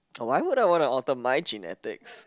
why would I wanna alter my genetics